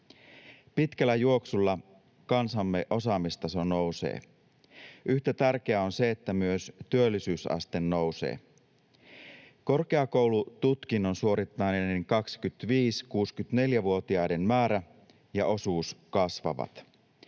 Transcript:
Pitkällä juoksulla kansamme osaamistaso nousee. Yhtä tärkeää on se, että myös työllisyysaste nousee. Korkeakoulututkinnon suorittaneiden 25—64-vuotiaiden määrä ja osuus kasvavat.